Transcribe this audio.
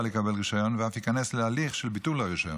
לקבל רישיון ואף ייכנס להליך של ביטול הרישיון.